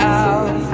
out